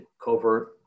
covert